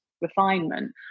refinement